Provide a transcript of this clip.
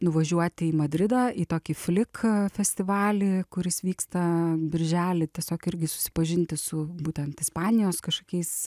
nuvažiuoti į madridą į tokį flik festivalį kuris vyksta birželį tiesiog irgi susipažinti su būtent ispanijos kažkokiais